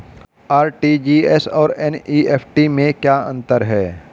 RTGS और NEFT में क्या अंतर है?